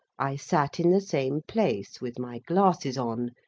i sat in the same place with my glasses on,